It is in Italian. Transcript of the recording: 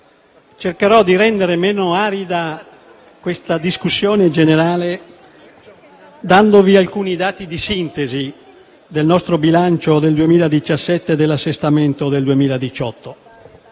cercherò di rendere meno arida questa discussione generale dandovi alcuni dati di sintesi del nostro rendiconto 2017 e dell'assestamento 2018.